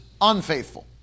unfaithful